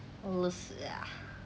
les ah